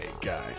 guy